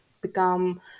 become